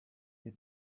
you